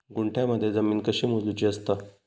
गुंठयामध्ये जमीन कशी मोजूची असता?